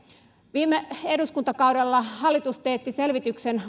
viime eduskuntakaudella hallitus teetti selvityksen